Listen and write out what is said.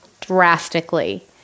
drastically